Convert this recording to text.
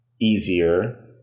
easier